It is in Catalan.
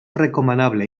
recomanable